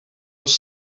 els